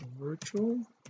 virtual